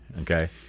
okay